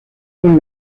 con